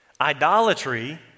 Idolatry